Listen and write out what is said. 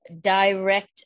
direct